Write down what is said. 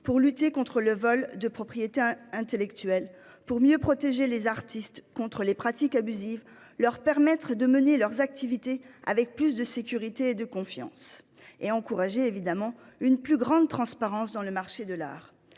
pour lutter contre le vol de propriété intellectuelle, mieux protéger les artistes contre les pratiques abusives, leur permettre de mener leurs activités avec plus de sécurité et de confiance et encourager évidemment une plus grande transparence dans le marché de l'art.